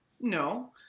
No